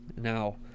now